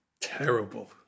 terrible